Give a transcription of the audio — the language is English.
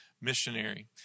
missionary